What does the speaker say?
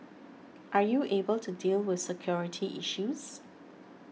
are you able to deal with security issues